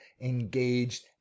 engaged